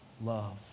love